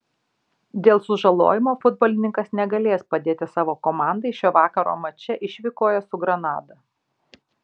dėl sužalojimo futbolininkas negalės padėti savo komandai šio vakaro mače išvykoje su granada